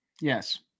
yes